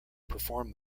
perform